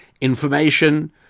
Information